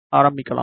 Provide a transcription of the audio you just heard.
ஆரம்பிக்கலாம்